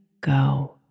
go